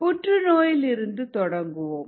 புற்றுநோயில் இருந்து தொடங்குவோம்